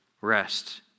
rest